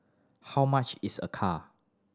how much is a car